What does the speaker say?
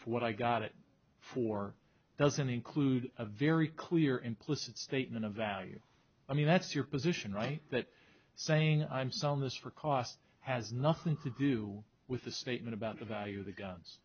for what i got it for doesn't include a very clear implicit statement of value i mean that's your position right that saying i'm selling this for cost has nothing to do with the statement about the value of the guns